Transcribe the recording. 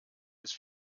ist